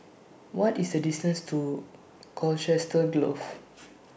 What IS The distance to Colchester Grove